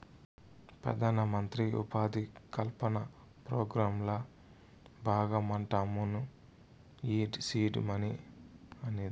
పెదానమంత్రి ఉపాధి కల్పన పోగ్రాంల బాగమంటమ్మను ఈ సీడ్ మనీ అనేది